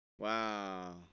Wow